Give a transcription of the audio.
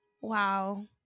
Wow